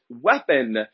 weapon